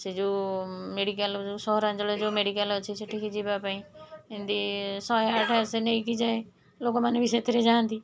ସେ ଯେଉଁ ମେଡ଼ିକାଲ୍ ଯେଉଁ ସହରାଞ୍ଚଳରେ ଯେଉଁ ମେଡ଼ିକାଲ୍ ଅଛି ସେଠିକି ଯିବାପାଇଁ ଏମତି ଶହେ ଆଠ ଆସେ ନେଇକି ଯାଏ ଲୋକମାନେ ବି ସେଥିରେ ଯାଆନ୍ତି